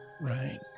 Right